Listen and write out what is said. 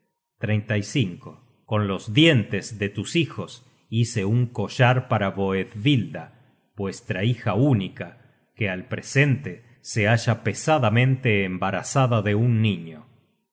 search generated at con los dientes de tus hijos hice un collar para boethvilda vuestra hija única que al presente se halla pesadamente embarazada de un niño